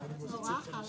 שאם נעדרת מהעבודה